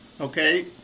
okay